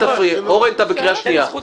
אורן, אתה בקריאה שנייה.